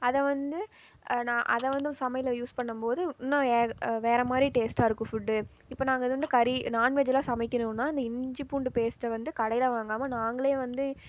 அதை வந்து நான் அதை வந்து சமையலில் யூஸ் பண்ணும் போது இன்னும் வேறு மாதிரி டேஸ்ட்டாயிருக்கும் ஃபுட்டு இப்போ நாங்கள் இது வந்து கறி நான்வெஜ்ல்லாம் சமைக்கணும்னா இந்த இஞ்சி பூண்டு பேஸ்ட்டை வந்து கடையில் வாங்காமல் நாங்களே வந்து